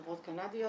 חברות קנדיות